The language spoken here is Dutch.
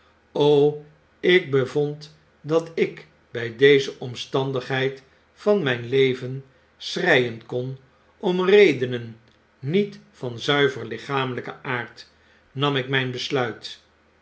ik bevond dat ik by deze omstandigheid van myn leven schreien kon om redenen niet van zuiver lichameljjken aard nam ik myn besluit